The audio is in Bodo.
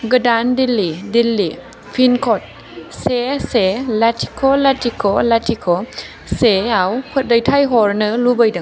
गोदान दिल्ली दिल्ली पिन कड से लाथिख' लाथिख' लाथिख' सेआव फोदैथाइ हरनो लुबैदों